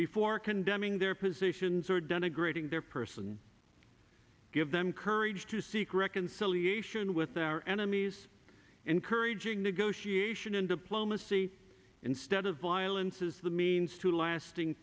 before condemning their positions or denigrating their person give them courage to seek reconciliation with their enemies encouraging negotiation and diplomacy instead of violence is the means to lasting